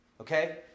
okay